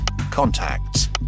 Contacts